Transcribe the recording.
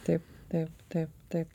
taip taip taip taip